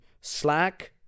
Slack